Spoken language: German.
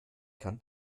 kann